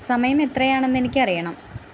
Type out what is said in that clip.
സമയം എത്രയാണെന്ന് എനിക്ക് അറിയണം